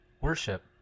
Worship